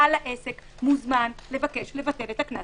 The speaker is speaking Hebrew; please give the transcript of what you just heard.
בעל העסק מוזמן לבקש לבטל את הקנס,